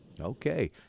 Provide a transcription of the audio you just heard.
Okay